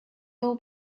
old